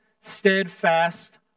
steadfast